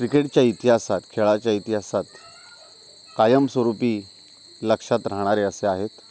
क्रिकेटच्या इतिहासात खेळाच्या इतिहासात कायमस्वरूपी लक्षात राहणारे असे आहेत